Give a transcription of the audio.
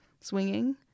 swinging